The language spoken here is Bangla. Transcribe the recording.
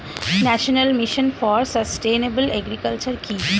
National mission for sustainable agriculture কি?